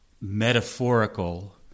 metaphorical